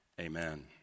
amen